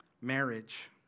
Marriage